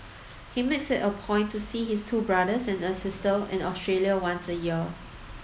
he makes it a point to see his two brothers and a sister in Australia once a year